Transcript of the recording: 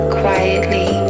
quietly